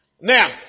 Now